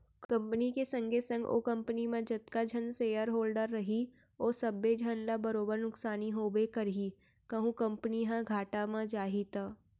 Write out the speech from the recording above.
company के संगे संग ओ कंपनी म जतका झन सेयर होल्डर रइही ओ सबे झन ल बरोबर नुकसानी होबे करही कहूं कंपनी ह घाटा म जाही त